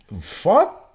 Fuck